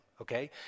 okay